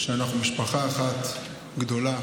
אנחנו משפחה אחת גדולה